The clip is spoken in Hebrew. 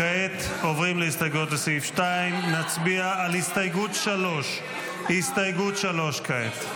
כעת עוברים להסתייגויות לסעיף 2. נצביע על הסתייגות 3. הצבעה.